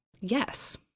Yes